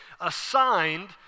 assigned